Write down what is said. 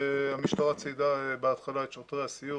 המשטרה ציידה בהתחלה את שוטרי הסיור